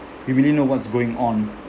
you really know what's going on